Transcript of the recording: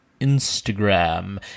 Instagram